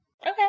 Okay